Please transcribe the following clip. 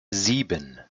sieben